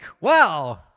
Wow